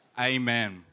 Amen